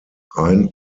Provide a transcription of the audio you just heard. ein